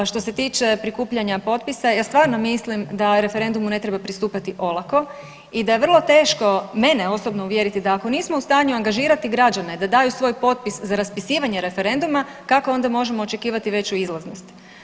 Što se tiče prikupljanja potpisa ja stvarno mislim da referendumu ne treba pristupati olako i da je vrlo teško mene osobno uvjeriti da ako nismo u stanju angažirati građane da daju svoj potpis za raspisivanje referenduma kako onda možemo očekivati veću izlaznost.